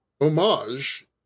homage